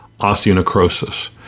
osteonecrosis